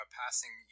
passing